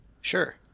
Sure